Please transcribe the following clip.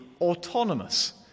Autonomous